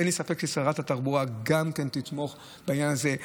אין לי ספק שגם שרת התחבורה תתמוך בעניין הזה.